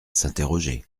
s’interroger